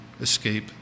escape